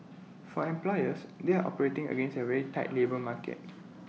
for employers they are operating against A very tight labour market